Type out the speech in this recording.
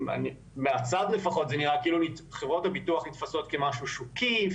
מהצד לפחות זה נראה כאילו חברות הביטוח נתפסות כמשהו שוקי,